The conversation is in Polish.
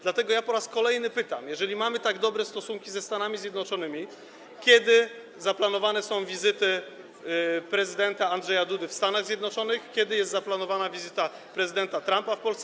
Dlatego po raz kolejny pytam: Jeżeli mamy tak dobre stosunki ze Stanami Zjednoczonymi, to na kiedy zaplanowane są wizyty prezydenta Andrzeja Dudy w Stanach Zjednoczonych, na kiedy jest zaplanowana wizyta prezydenta Trumpa w Polsce?